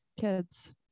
kids